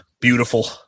Beautiful